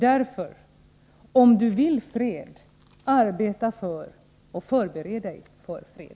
Därför: ”Om Du vill fred — arbeta för och förbered Dig för fred.”